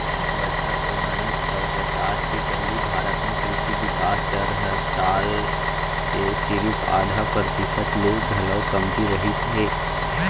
बछर ओनाइस सौ पचास के पहिली भारत म कृसि बिकास दर हर साल के सिरिफ आधा परतिसत ले घलौ कमती रहिस हे